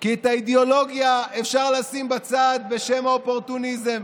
כי את האידיאולוגיה אפשר לשים בצד בשם האופורטוניזם,